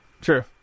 True